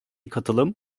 katılım